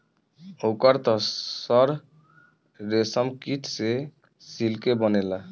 ओकर त सर रेशमकीट से सिल्के बनेला